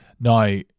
Now